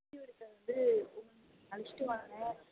video எடுக்க வந்து அழைச்சிட்டு வாங்க